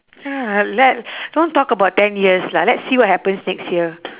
ya let don't talk about ten years lah let's see what happens next year